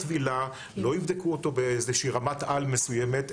הקבילה לא יבדקו אותו באיזה שהיא רמת-על מסוימת,